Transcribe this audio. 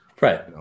right